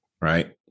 Right